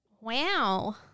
Wow